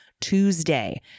Tuesday